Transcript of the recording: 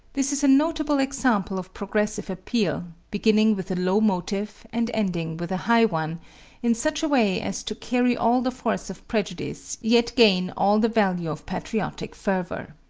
this is a notable example of progressive appeal, beginning with a low motive and ending with a high one in such a way as to carry all the force of prejudice yet gain all the value of patriotic fervor.